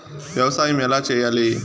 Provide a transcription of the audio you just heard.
వ్యవసాయం ఎలా చేయాలి?